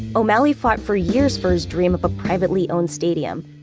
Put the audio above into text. o'malley fought for years for his dream of a privately-owned stadium.